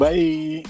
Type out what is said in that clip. Bye